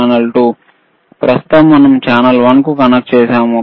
ప్రస్తుతం మనం ఛానల్ వన్కు కనెక్ట్ చేసాము